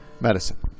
medicine